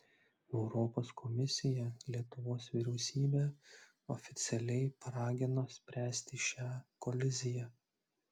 europos komisija lietuvos vyriausybę oficialiai paragino spręsti šią koliziją